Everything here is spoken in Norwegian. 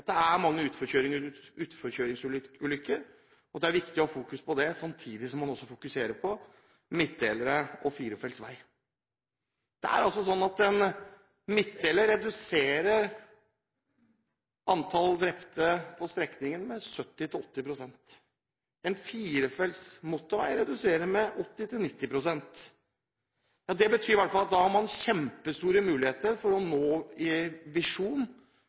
det er mange utforkjøringsulykker, og at det er viktig å ha fokus på det samtidig som man også fokuserer på midtdelere og firefelts vei. Det er sånn at en midtdeler reduserer antall drepte på en strekning med 70–80 pst. En firefelts motorvei reduserer det med 80–90 pst. Det betyr i hvert fall at man har kjempestore muligheter for å nå visjonen, som alle er enige om, om null hardt skadde og null drepte i